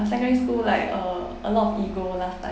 secondary school like uh a lot of ego last time